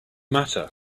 matter